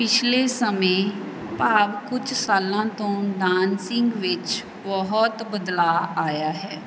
ਪਿਛਲੇ ਸਮੇਂ ਭਾਵ ਕੁਛ ਸਾਲਾਂ ਤੋਂ ਡਾਂਸਿੰਗ ਵਿੱਚ ਬਹੁਤ ਬਦਲਾਅ ਆਇਆ ਹੈ